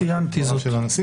ציינתי זאת.